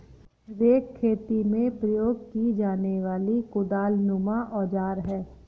rake खेती में प्रयोग की जाने वाली कुदालनुमा औजार है